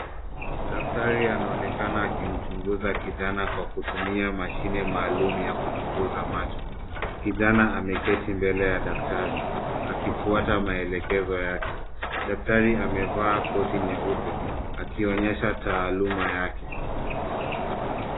Daktari anaonekana akimchunguza kijana kwa kutumia mashine maalum ya kuchunguza macho. Kijana ameketi mbele ya daktari akifuata maelekezo yake. Daktari amevaa koti nyeupe akionyesha taaluma yake.